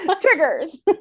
triggers